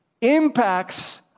impacts